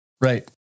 Right